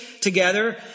together